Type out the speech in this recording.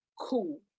Cool